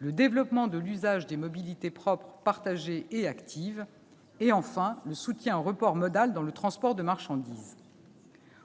le développement de l'usage des mobilités propres, partagées et actives ; le soutien au report modal dans le transport de marchandises.